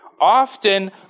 Often